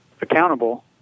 accountable